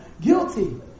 Guilty